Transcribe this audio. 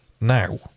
Now